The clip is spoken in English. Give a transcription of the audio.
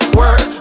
work